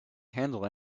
handle